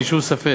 אין לי שום ספק,